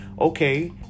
Okay